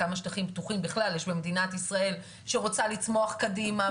כמה שטחים פתוחים בכלל יש במדינת ישראל שרוצה לצמוח קדימה,